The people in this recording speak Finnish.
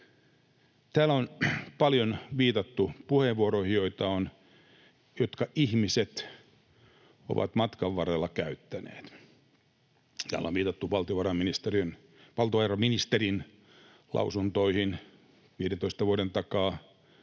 Täällä on paljon viitattu puheenvuoroihin, joita ihmiset ovat matkan varrella käyttäneet. Täällä on viitattu valtiovarainministerin lausuntoihin 15 vuoden takaa,